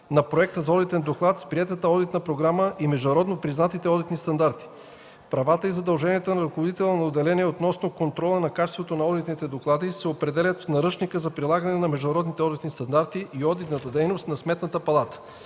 на проекта за одитен доклад с приетата одитна програма и международно признатите одитни стандарти. Правата и задълженията на ръководителя на отделение относно контрола на качеството на одитните доклади се определят в наръчника за прилагане на международните одитни стандарти и одитната дейност на Сметната палата.